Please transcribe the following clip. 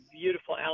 beautiful